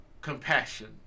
compassion